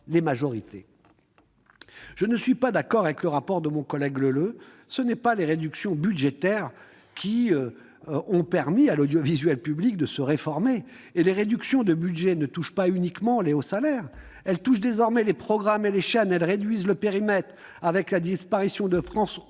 Je ne suis pas d'accord avec le rapport de mon collègue Leleux : ce ne sont pas les réductions budgétaires qui ont permis à l'audiovisuel public de se réformer, et les réductions de budget ne touchent pas uniquement les hauts salaires ; elles touchent, désormais, les programmes et les chaînes et entraînent une réduction de périmètre, avec la disparition de France